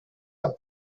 are